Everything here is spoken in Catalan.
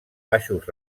baixos